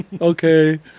Okay